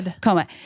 coma